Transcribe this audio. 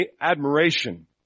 admiration